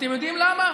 אתם יודעים למה?